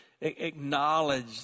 acknowledge